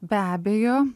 be abejo